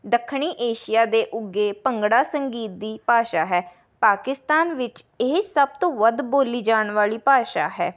ਦੱਖਣੀ ਏਸ਼ੀਆ ਦੇ ਉੱਗੇ ਭੰਗੜਾ ਸੰਗੀਤ ਦੀ ਭਾਸ਼ਾ ਹੈ ਪਾਕਿਸਤਾਨ ਵਿੱਚ ਇਹ ਸਭ ਤੋਂ ਵੱਧ ਬੋਲੀ ਜਾਣੀ ਵਾਲੀ ਭਾਸ਼ਾ ਹੈ